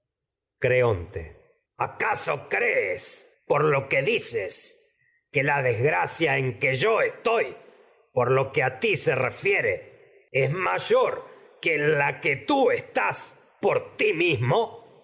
creonte acaso crees lo que a dices se que la es desgracia en que yo en que estoy por lo que ti refiere mayor que la tú estás por ti mismo